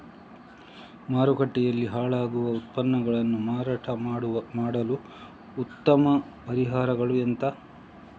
ಮಾರುಕಟ್ಟೆಯಲ್ಲಿ ಹಾಳಾಗುವ ಉತ್ಪನ್ನಗಳನ್ನು ಮಾರಾಟ ಮಾಡಲು ಉತ್ತಮ ಪರಿಹಾರಗಳು ಎಂತ?